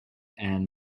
and